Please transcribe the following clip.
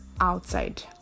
outside